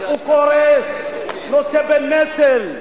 הוא קורס, נושא בנטל.